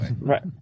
Right